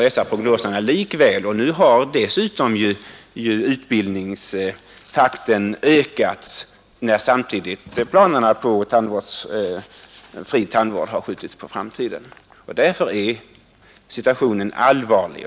Dessutom har ju utbildningstakten ökat nu, samtidigt som planerna på fri tandvård har skjutits på framtiden, och därför är situationen allvarlig.